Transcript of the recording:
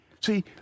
see